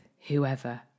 whoever